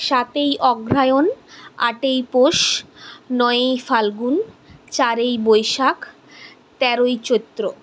সাতই অগ্রহায়ণ আটই পোষ নয়ই ফাল্গুন চারই বৈশাখ তেরোই চৈত্র